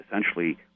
essentially